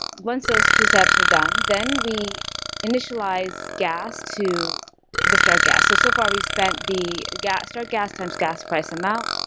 one so those two steps are done, then we initialize gas to the start gas. so so far we've spent the start gas times gas price amount,